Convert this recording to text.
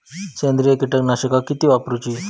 सेंद्रिय कीटकनाशका किती वापरूची?